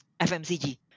FMCG